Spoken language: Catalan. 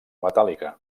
metàl·lica